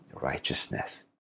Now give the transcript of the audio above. righteousness